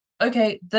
okay